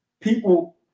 people